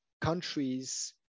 countries